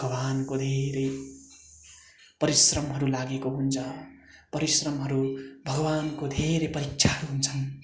भगवान्को धेरै परिश्रमहरू लागेको हुन्छ परिश्रमहरू भगवान्को धेरै परीक्षाहरू हुन्छन्